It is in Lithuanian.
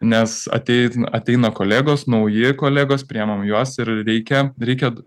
nes ateit ateina kolegos nauji kolegos priimam juos ir reikia reikia